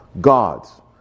gods